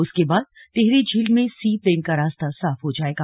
उसके बाद टिहरी झील में सी प्लेन का रास्ता साफ हो जायेगा